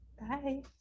bye